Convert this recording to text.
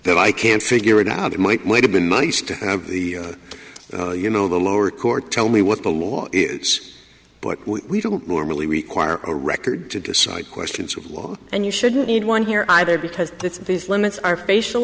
that i can't figure it out it might have been nice to have the you know the lower court tell me what the law is but we don't normally require a record to decide questions of law and you shouldn't need one here either because it's based limits are facial